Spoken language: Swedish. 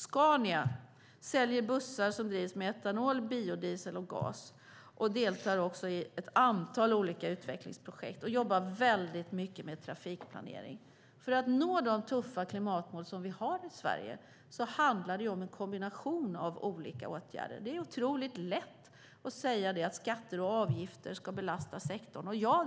Scania säljer bussar som drivs med etanol, biodiesel och gas och deltar också i ett antal olika utvecklingsprojekt. Man jobbar också väldigt mycket med trafikplanering. För att nå de tuffa klimatmål som vi har i Sverige handlar det om en kombination av olika åtgärder. Det är otroligt lätt att säga att skatter och avgifter ska belasta sektorn.